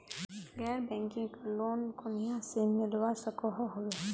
गैर banking loan कुनियाँ से मिलवा सकोहो होबे?